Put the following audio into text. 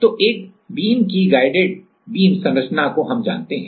तो एक बीम की गाइडेड बीम संरचना को हम जानते हैं